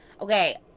Okay